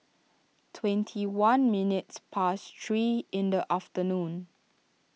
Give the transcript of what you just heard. twenty one minutes past three in the afternoon